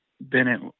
Bennett